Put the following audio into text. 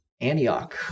Antioch